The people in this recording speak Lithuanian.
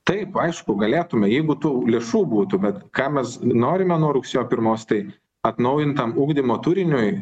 taip aišku galėtume jeigu tų lėšų būtų bet ką mes norime nuo rugsėjo pirmos tai atnaujintam ugdymo turiniui